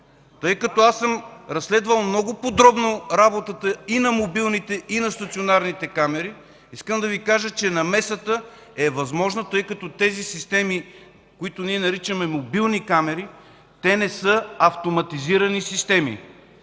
тъй като съм разследвал много подробно работата и на мобилните, и на стационарните камери, искам да Ви кажа, че намесата е възможна, тъй като тези системи, които наричаме „мобилни камери”, не са автоматизирани системи.